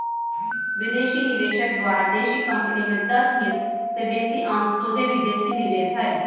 विदेशी निवेशक द्वारा देशी कंपनी में दस हिस् से बेशी अंश सोझे विदेशी निवेश हइ